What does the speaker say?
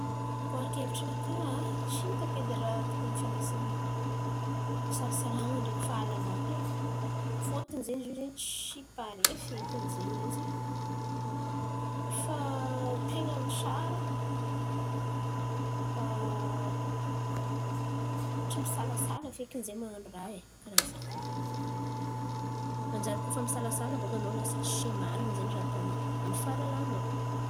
Koa araka hevitrinakà, tsy hitako edy raha tokony ifandraisan'ny fisalasalan̈a ndreky fahalalan̈a. Ia, fôtony zen̈y izy io zen̈y tsy pare fekiny zen̈y izy. Fa ten̈a ny tsara tsy misalasala fekiny zen̈y man̈ano raha e. Karà zen̈y. Manjary koa fa misalasala bàka anao lasa tsy marin̈y zen̈y raha ataonao amy fahalalanao.